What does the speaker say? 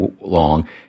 long